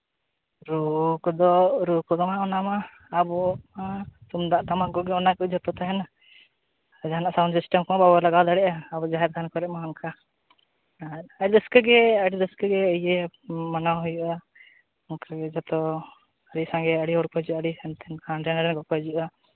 ᱨᱩ ᱠᱚᱫᱚ ᱨᱩ ᱠᱚᱫᱚ ᱦᱟᱸᱜ ᱚᱱᱟ ᱢᱟ ᱟᱵᱚ ᱛᱩᱢᱫᱟᱜ ᱴᱟᱢᱟᱠ ᱠᱚᱜᱮ ᱚᱱᱟ ᱠᱚ ᱡᱷᱚᱛᱚ ᱛᱟᱦᱮᱱᱟ ᱟᱨ ᱡᱟᱦᱟᱸᱱᱟᱜ ᱥᱟᱣᱩᱱᱰ ᱥᱤᱥᱴᱮᱢ ᱢᱟ ᱵᱟᱵᱚ ᱞᱟᱜᱟᱣ ᱫᱟᱲᱮᱭᱟᱜᱼᱟ ᱟᱵᱚ ᱡᱟᱦᱮᱨ ᱛᱷᱟᱱ ᱠᱚᱨᱮ ᱢᱟ ᱚᱝᱠᱟ ᱦᱮᱸ ᱟᱹᱰᱤ ᱨᱟᱹᱥᱠᱟᱹ ᱜᱮ ᱟᱹᱰᱤ ᱨᱟᱹᱥᱠᱟᱹ ᱜᱮ ᱤᱭᱟᱹ ᱢᱟᱱᱟᱣ ᱦᱩᱭᱩᱜᱼᱟ ᱚᱱᱟ ᱠᱚᱨᱮ ᱡᱚᱛᱚ ᱟᱹᱰᱤ ᱥᱟᱸᱜᱮ ᱟᱹᱰᱤ ᱦᱚᱲ ᱠᱚ ᱦᱤᱡᱩᱜᱼᱟ ᱟᱹᱰᱤ ᱥᱟᱱᱛᱟᱲ ᱡᱟᱦᱮᱨ ᱦᱚᱸ ᱵᱟᱠᱚ ᱦᱤᱡᱩᱜᱼᱟ